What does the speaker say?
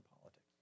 politics